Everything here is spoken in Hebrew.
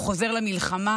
הוא חוזר למלחמה,